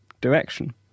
direction